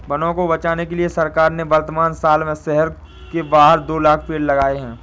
वनों को बचाने के लिए सरकार ने वर्तमान साल में शहर के बाहर दो लाख़ पेड़ लगाए हैं